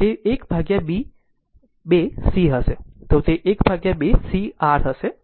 તેથી જો તે 12 સી હશે તો તે 12 c r હશે